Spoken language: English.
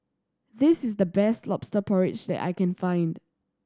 this is the best Lobster Porridge that I can find